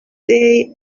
day